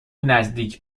نزدیک